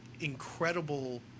incredible